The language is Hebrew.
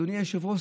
אדוני היושב-ראש,